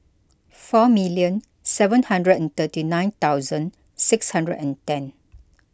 four million seven hundred and thirty nine thousand six hundred and ten